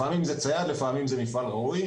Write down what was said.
לפעמים זה צייד, לפעמים זה מפעל ראוי.